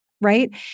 right